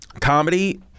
comedy